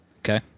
Okay